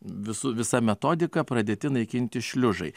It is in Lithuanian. visu visa metodika pradėti naikinti šliužai